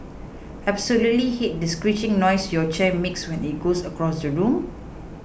absolutely hate this screeching noise your chair makes when it goes across the room